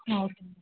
ಹಾಂ ಓಕೆ